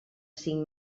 cinc